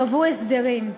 קבעו הסדרים.